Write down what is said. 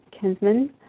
kinsman